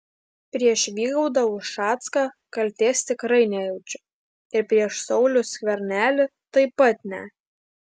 prieš vygaudą ušacką kaltės tikrai nejaučiu ir prieš saulių skvernelį taip pat ne